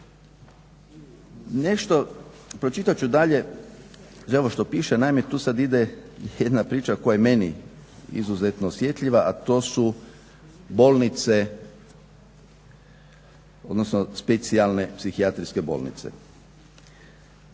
Pročitat ću dalje i ovo što piše, naime tu sad ide jedna priča koja je meni izuzetno osjetljiva, a to su bolnice odnosno specijalne psihijatrijske bolnice.